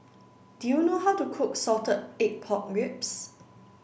do you know how to cook salted egg pork ribs